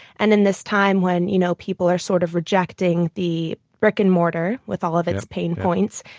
and in this time when, you know, people are sort of rejecting the brick and mortar with all of its pain points,